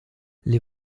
les